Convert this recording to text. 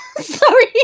Sorry